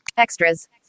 extras